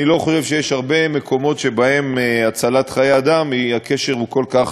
אני לא חושב שיש הרבה מקומות שבהם הקשר להצלת חיי אדם הוא כל כך